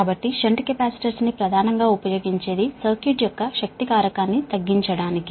కాబట్టి shunt capacitors ని ప్రధానం గా ఉపయోగించేది సర్క్యూట్ యొక్క పవర్ ఫాక్టర్ ని తగ్గించడానికి